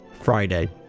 Friday